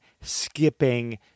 Skipping